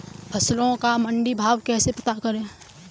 फसलों का मंडी भाव कैसे पता करें?